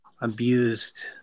abused